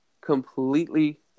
completely